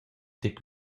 tec